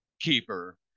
keeper